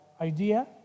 idea